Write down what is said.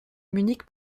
munich